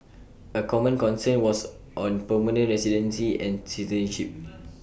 A common concern was on permanent residency and citizenship